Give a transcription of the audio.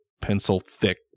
pencil-thick